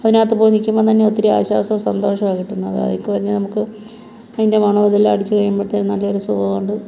അതിനകത്ത് പോയി നിൽക്കുമ്പോൾ തന്നെ ഒത്തിരി ആശ്വാസവും സന്തോഷവും ആണ് കിട്ടുന്നത് നമുക്ക് അതിൻ്റെ മണവും അതെല്ലാം അടിച്ചു കഴിയുമ്പോഴത്തേക്ക് നല്ല ഒരു സുഖം ഉണ്ട്